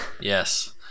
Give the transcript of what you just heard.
Yes